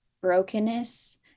brokenness